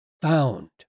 found